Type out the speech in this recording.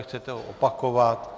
Chcete ho opakovat?